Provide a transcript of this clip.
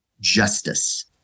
justice